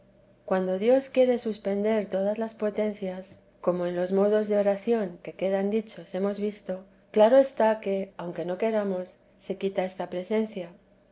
cuando dios quiere suspender todas las potencias teresa de jesús lli como en los modos de oración que quedan dichos hen visto claro está que aunque no queramos se quita esta presencia